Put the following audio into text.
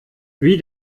wie